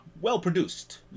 Well-produced